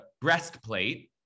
breastplate